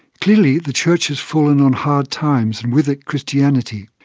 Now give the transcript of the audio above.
clearly the church has fallen on hard times and with it christianity.